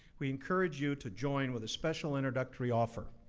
we encourage you to join with a special introductory offer.